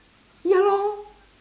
ya lor